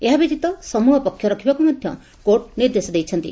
ଏହା ବ୍ୟତୀତ ସମୁହ ପକ୍ଷ ରଖିବାକୁ ମଧ୍ଧ କୋର୍ଟ ନିର୍ଦ୍ଦେଶ ଦେଇଛନ୍ତି